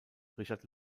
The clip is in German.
richard